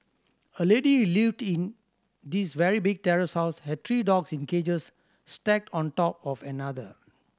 a lady lived in this very big terrace house had three dogs in cages stacked on top of another